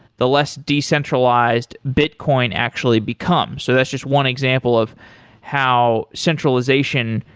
the less decentralized bitcoin actually become. so that's just one example of how centralization,